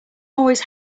always